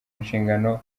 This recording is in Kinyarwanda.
nshingano